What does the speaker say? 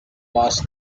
was